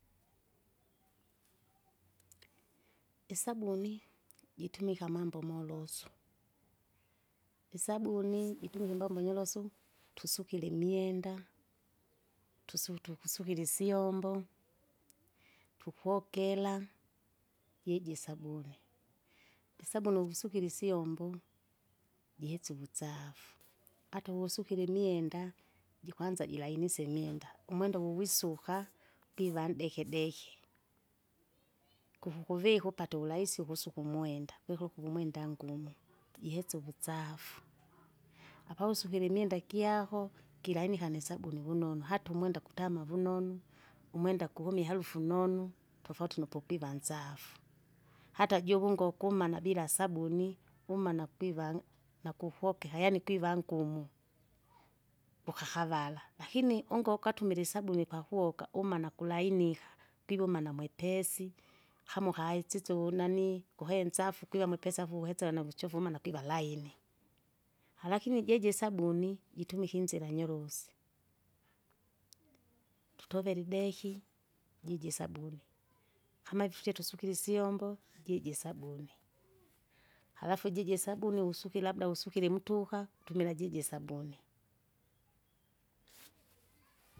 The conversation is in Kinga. isabuni, jitumika amambo molosu, isabuni jitumika imbombo nyolosu tusukile imyenda, tusu- tukusukila isyombo, tukokera, jiji sabuni. Isabuni ujusikira isyombo, jisu uvutsafu, ata uvusukire imwenda, jikwanza jilainise imwenda, umwenda, umwenda vuvwisuka, kiva ndekedeke, kuhu kuvika upate urahisi ukusuka umwenda, kwikula ukuvu umwenda ngumu jihetsa uvusafu, apausukile imyenda gyako, gilainika nisabuni vunonu, hata umwenda kutama vunonu, umwenda kuhumie iharufu nonu, tofauti nupukiva nzafu. hata juvunge ukumana bila sabuni, kumana kwiva, nakuhokeha yaani kwiva ngumu. Ukahavara, lakini ungo ukatumile isabuni pakuoka, umana kulainika, kwiwumana mwepesi, kama ukahitsise uvunanii, kuhenzafu kwiwa mwepesi afu uwezera nuvuchafu maana kwiva laini. Haa lakini jeje sabuni sabuni, jitumike inzira nyorusi, tutovera ideki, jiji sabuni, kama ivi tutie tusukire isyombo, najiji sabuni halafu ijiji sabuni wusiki labda wusukila imtuka, utumila jiji sabuni.